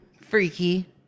Freaky